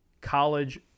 college